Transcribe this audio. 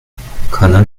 可能